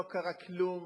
לא קרה כלום,